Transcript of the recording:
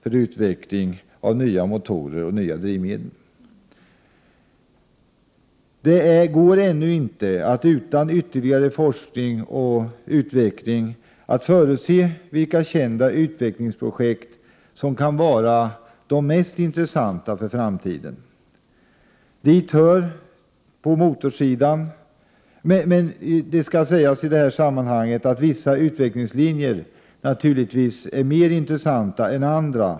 Det går ännu inte att utan ytterligare forskning och utveckling förutse vilka kända utvecklingsprojekt som kan vara de mest intressanta för framtiden. Men vissa utvecklingslinjer är naturligtvis mer intressant än andra.